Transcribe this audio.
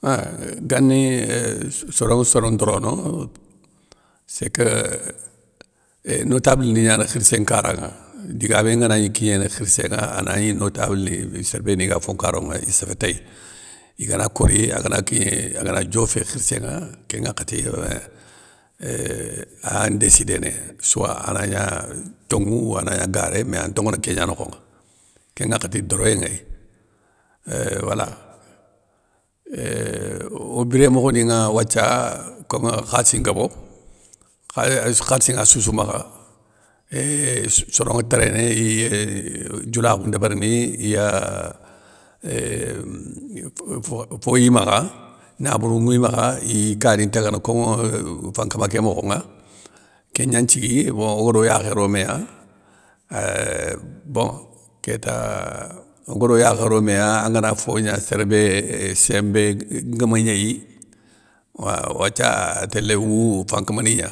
Einn gani, euuh soronŋa soron ndorono, sékeu notable ni gnana khirssé nkara nŋa digamé ngana gni kignéné khirssé nŋa anagni notable ni, sér béni ga fon nkaronŋa iséfé téy. igana kori agana kigné, agana diofé khirssé ŋa, kén nŋwakhati, éin euuh aya ndéssidéné souwa ana gna, tonŋou ou ana gna garé mé an tonŋono kégna nokhonŋa, kén ŋwakhati doréyé nŋéy, euuh wala. O biré mokhoni ŋa wathia, kom khalssi ngobo. khayeu khalssi ŋassoussou makha, éuh soronŋa téréné iyeuuh dioula khou ndébérni iya ehhhh fofo foyimakha, nabourou ŋimakha iy kani ntagana kom, fankama ké mokhonŋa, kégnan nthiigui bon ogaro yakhé ro méya, ahh bon kéta ogoro yakhé ro mé ya angana fo gna sérbé, sémbé gue guémegnéyi, wa wathia atélé wou fankamani gna,